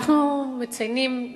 אנחנו מציינים,